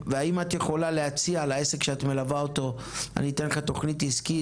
האם את יכולה להציע לעסק שאת מלווה אותו: אני אתן לך תכנית עסקית,